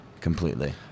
completely